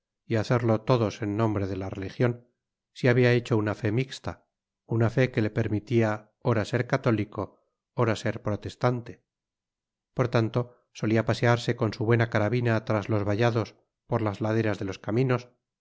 y á hacerlo todos en nombre de la religion se habia hecho una fé mixta una fé que le permitia ora ser católico ora ser protestante por tanto solia pasearse con su buena carabina tras los vallados por las laderas de los caminos